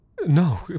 No